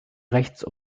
rechts